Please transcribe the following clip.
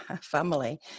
family